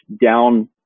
down